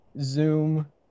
zoom